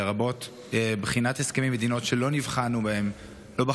לרבות בחינת הסכמים עם מדינות שלא בחנו בעבר,